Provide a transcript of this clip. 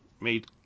made